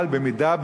אבל במידה,